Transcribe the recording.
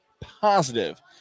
positive